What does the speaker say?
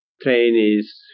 trainees